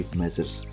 measures